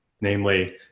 Namely